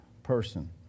person